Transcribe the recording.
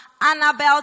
Annabelle